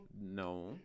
No